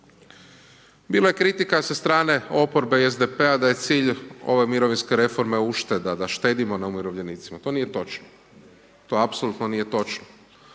Bilo je kritika sa strane oporbe i SDP-a, da je cilj ove mirovinske reforme ušteda, da štedimo na umirovljenicima, to nije točno, to apsolutno nije točno.